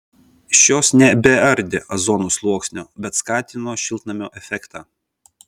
šios nebeardė ozono sluoksnio bet skatino šiltnamio efektą